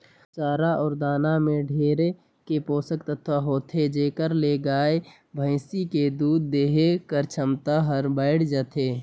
चारा अउ दाना में ढेरे के पोसक तत्व होथे जेखर ले गाय, भइसी के दूद देहे कर छमता हर बायड़ जाथे